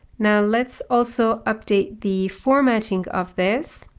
now let's also update the formatting of this.